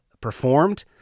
performed